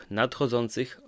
nadchodzących